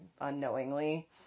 unknowingly